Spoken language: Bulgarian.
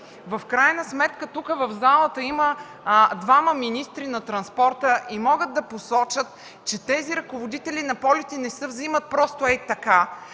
В крайна сметка тук в залата има двама министри на транспорта и могат да посочат, че тези ръководители на полети не се вземат просто ей-така,